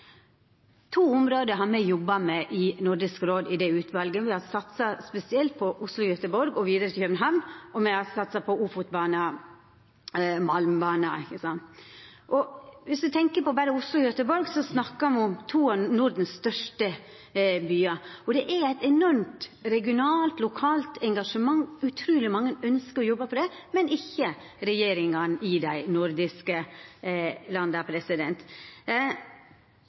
To område har me jobba med i det utvalet i Nordisk råd. Me har satsa spesielt på Oslo–Göteborg og vidare til København, og me har satsa på Ofotbana – malmbana. Viss me tenkjer på Oslo–Göteborg, snakkar me om to av Nordens største byar. Det er eit enormt regionalt og lokalt engasjement. Utruleg mange ønskjer å jobba for dette, men ikkje regjeringane i dei nordiske landa.